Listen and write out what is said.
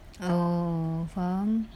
oh faham